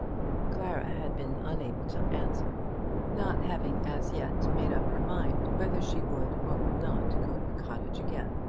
clara had been unable to answer not having as yet made up her mind whether she would or would not go to the cottage again.